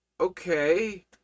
okay